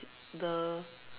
the